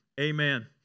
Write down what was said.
amen